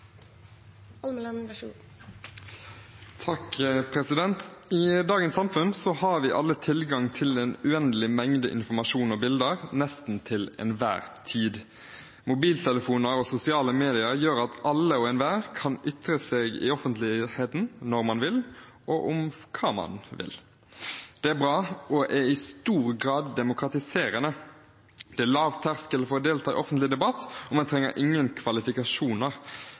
I dagens samfunn har vi alle tilgang til en uendelig mengde informasjon og bilder nesten til enhver tid. Mobiltelefoner og sosiale medier gjør at alle og enhver kan ytre seg i offentligheten når man vil, og om hva man vil. Det er bra, og det er i stor grad demokratiserende. Det er lav terskel for å delta i offentlig debatt, og man trenger ingen kvalifikasjoner.